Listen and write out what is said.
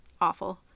awful